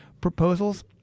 Proposals